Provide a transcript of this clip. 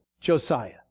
Josiah